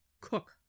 Cook